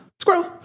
squirrel